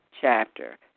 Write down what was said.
chapter